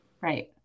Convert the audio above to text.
Right